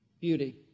beauty